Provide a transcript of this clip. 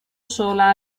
sola